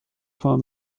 پام